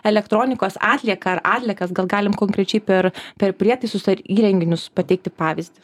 elektronikos atlieką ar atliekas gal galim konkrečiai per per prietaisus ar įrenginius pateikti pavyzdį